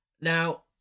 Now